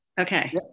Okay